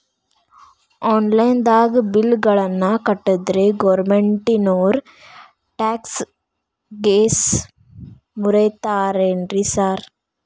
Online ದಾಗ bill ಗಳನ್ನಾ ಕಟ್ಟದ್ರೆ ಗೋರ್ಮೆಂಟಿನೋರ್ ಟ್ಯಾಕ್ಸ್ ಗೇಸ್ ಮುರೇತಾರೆನ್ರಿ ಸಾರ್?